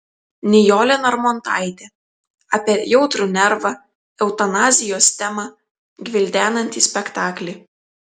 nijolė narmontaitė apie jautrų nervą eutanazijos temą gvildenantį spektaklį